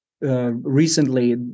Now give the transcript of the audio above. Recently